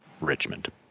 Richmond